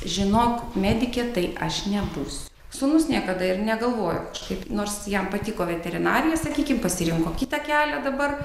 žinok medikė tai aš nebūsiu sūnus niekada ir negalvojo kažkaip nors jam patiko veterinarija sakykim pasirinko kitą kelią dabar